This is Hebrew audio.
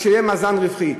ושיהיה מאזן רווחי.